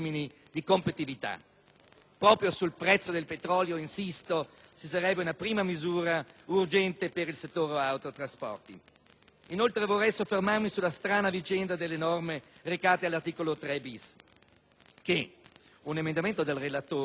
Proprio sul prezzo del petrolio, insisto: sarebbe una prima misura urgente per il settore dell'autotrasporto. Inoltre, vorrei soffermarmi sulla strana vicenda della norma recata dall'articolo 3-*bis*, che un emendamento del relatore alla